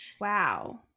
Wow